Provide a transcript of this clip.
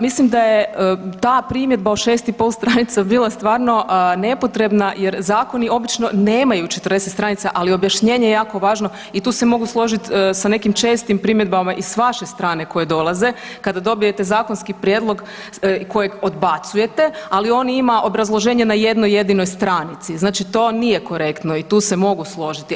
Mislim da je ta primjedba od 6,5 stranica bila stvarno nepotrebna jer zakoni obično nemaju 40 stranica, ali objašnjenje je jako važno i tu se mogu složiti sa nekim čestim primjedbama i s vaše strane koje dolaze kada dobijete zakonski prijedlog kojeg odbacujete, ali on ima obrazloženje na jednoj jedinoj stranici, znači to nije korektno i tu se mogu složiti.